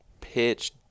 pitch